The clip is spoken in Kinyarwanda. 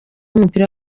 w’umupira